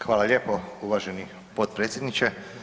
Hvala lijepo uvaženi potpredsjedniče.